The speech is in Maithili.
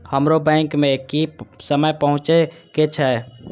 हमरो बैंक में की समय पहुँचे के छै?